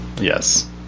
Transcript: Yes